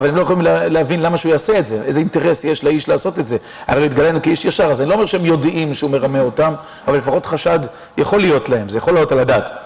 אבל הם לא יכולים להבין למה שהוא יעשה את זה, איזה אינטרס יש לאיש לעשות את זה, אחרי התגלה כאיש ישר, אז אני לא אומר שהם יודעים שהוא מרמה אותם, אבל לפחות חשד יכול להיות להם, זה יכול להיות על הדעת.